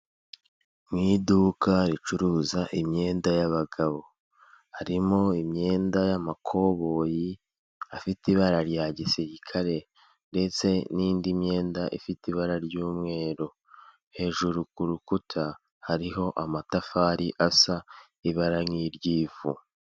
Mu iduka ricuruza imyenda y’ abagabo, harimo imyenda y'amakoboyi afite ibara rya gisirikare ndetse n'indi myenda ifite ibara ry'umweru hejuru ku rukuta hariho amatafari asa ibara nk'ir ry'ifu.